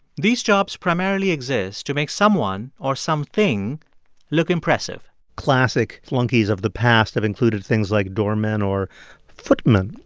these jobs primarily exist to make someone or something look impressive classic flunkies of the past have included things like doorman or footmen.